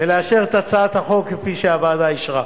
ולאשר את הצעת החוק כפי שהוועדה אישרה.